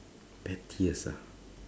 pettiest ah